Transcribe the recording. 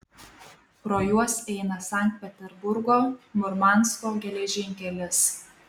pro juos eina sankt peterburgo murmansko geležinkelis